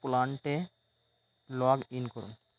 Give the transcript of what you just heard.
প্লান্টে log in করুন